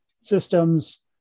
systems